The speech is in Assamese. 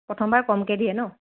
প্ৰথমবাৰ কমকে দিয়ে ন'